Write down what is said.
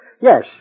Yes